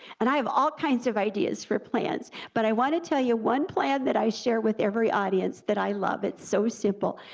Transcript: and i have all kinds of ideas for plans, but i wanna tell you the one plan that i share with every audience that i love, it's so simple,